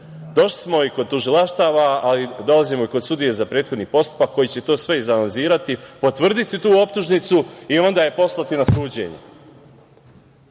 Došli smo i kod tužilaštava, ali dolazimo i kod sudije za prethodni postupak koji će to sve izanalizirati, potvrditi tu optužnicu i onda je poslati na suđenje.